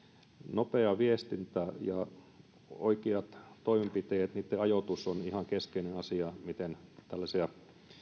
nopea viestintä ja oikeiden toimenpiteiden ajoitus ovat ihan keskeiset asiat siinä miten tällaisia